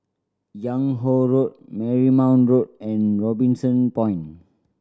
Yung Ho Road Marymount Road and Robinson Point